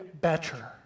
better